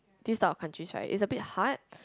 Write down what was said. this type of countries right is a bit hard